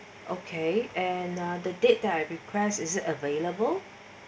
okay and the date that I request is available